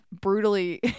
brutally